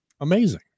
Amazing